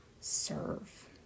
serve